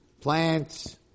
plants